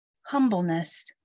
humbleness